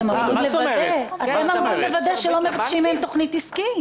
אתם אמורים לוודא שלא מבקשים מהם תוכנית עסקית.